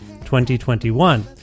2021